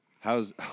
How's